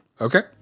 Okay